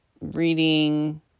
reading